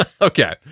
Okay